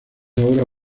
ahora